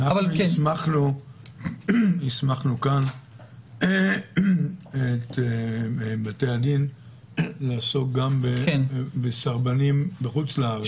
הסמכנו כאן את בתי הדין לעסוק גם כן בסרבנים בחוץ לארץ.